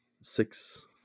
six